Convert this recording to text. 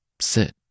sit